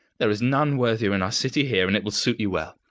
there is none worthier in our city here, and it will suit you well.